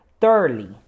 thoroughly